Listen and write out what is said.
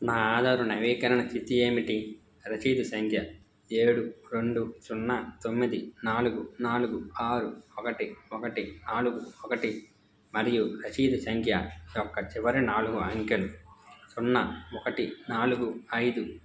నా ఆధారు నవీకరణ స్థితి ఏమిటి రసీదు సంఖ్య ఏడు రెండు సున్నా తొమ్మిది నాలుగు నాలుగు ఆరు ఒకటి ఒకటి నాలుగు ఒకటి మరియు రసీదు సంఖ్య యొక్క చివరి నాలుగు అంకెలు సున్నా ఒకటి నాలుగు ఐదు